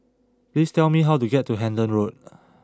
please tell me how to get to Hendon Road